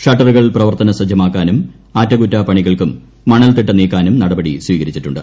ഷട്ടറുകൾ പ്രവർത്തനസജ്ജമാക്കാനും അറ്റകൂറ്റപ്പണികൾക്കും മണ്ൽത്തിട്ട നീക്കാനും നടപടി സ്വീകരിച്ചിട്ടുണ്ട്